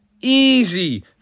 easy